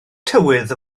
tywydd